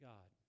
God